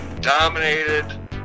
dominated